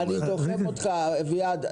אני דוחף אותך, אביעד.